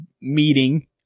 meeting